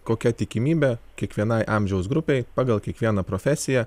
kokia tikimybė kiekvienai amžiaus grupei pagal kiekvieną profesiją